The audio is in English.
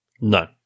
No